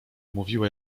mówiła